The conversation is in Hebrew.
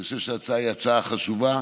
אני חושב שההצעה היא הצעה חשובה.